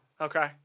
Okay